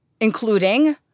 including